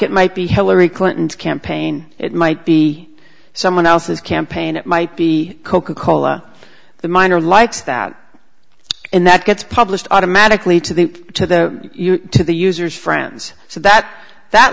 it might be hillary clinton's campaign it might be someone else's campaign it might be coca cola the minor likes that and that gets published automatically to the to the to the user's friends so that that